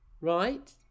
right